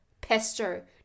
pesto